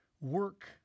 Work